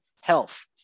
health